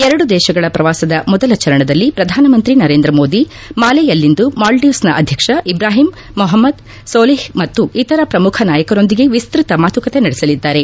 ಎರಡು ದೇಶಗಳ ಪ್ರವಾಸದ ಮೊದಲ ಚರಣದಲ್ಲಿ ಪ್ರಧಾನಮಂತ್ರಿ ನರೇಂದ್ರ ಮೋದಿ ಮಾಲೆಯಲ್ಲಿಂದು ಮಾಲ್ವೀವ್ಗ್ನ ಅಧ್ಯಕ್ಷ ಇಬ್ರಾಹಿಂ ಮೊಹಮ್ನದ್ ಸೊಲಿಹ್ ಮತ್ತು ಇತರ ಪ್ರಮುಖ ನಾಯಕರೊಂದಿಗೆ ವಿಸ್ತತ ಮಾತುಕತೆ ನಡೆಸಲಿದ್ದಾರೆ